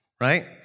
right